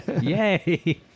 Yay